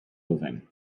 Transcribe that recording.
moving